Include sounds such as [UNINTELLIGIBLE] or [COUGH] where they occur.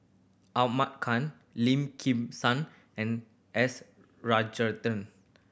Ahmad Khan Lim Kim San and S [UNINTELLIGIBLE]